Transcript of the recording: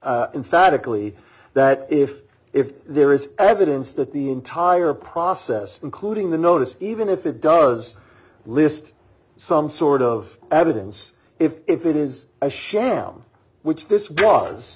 only that if if there is evidence that the entire process including the notice even if it does list some sort of evidence if it is a sham which this